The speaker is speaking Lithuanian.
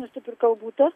nusipirkau butą